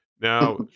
Now